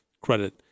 credit